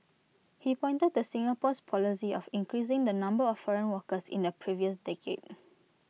he pointed to Singapore's policy of increasing the number of foreign workers in the previous decade